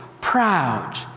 proud